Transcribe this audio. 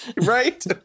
right